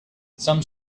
some